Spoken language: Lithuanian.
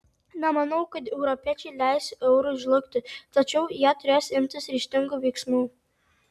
nemanau kad europiečiai leis eurui žlugti tačiau jie turės imtis ryžtingų veiksmų